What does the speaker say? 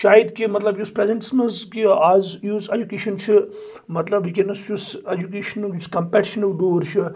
شاید کہِ مطلب یُس پریٚزنٹس منٛز کہِ آز یُس ایٚجوکیشن چھُ مطلب ونکیٚنس یُس ایٚجوکیشنُک یُس کَمپیٹشِنُک دوٗر چھُ